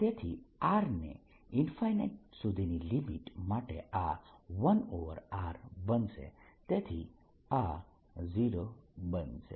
તેથી r ની સુધીની લિમીટ માટે આ 1r બનશે